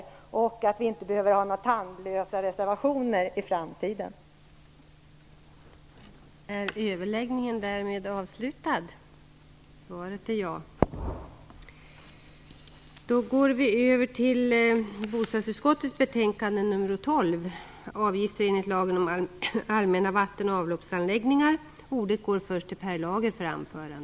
Jag hoppas att vi inte behöver ha några tandlösa reservationer i framtiden.